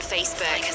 Facebook